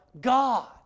God